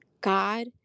God